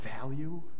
value